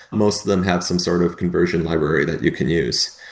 most of them have some sort of conversion library that you can use.